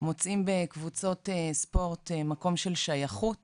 מוצאים בקבוצות ספורט מקום של שייכות